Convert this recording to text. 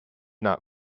not